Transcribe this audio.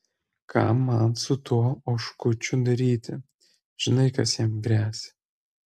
ką man su tuo oškučiu daryti žinai kas jam gresia